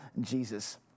Jesus